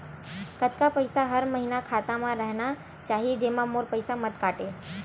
कतका पईसा हर महीना खाता मा रहिना चाही जेमा मोर पईसा मत काटे?